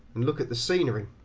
and look at the scenery.